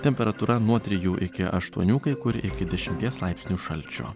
temperatūra nuo trijų iki aštuonių kai kur iki dešimties laipsnių šalčio